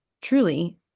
truly